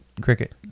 Cricket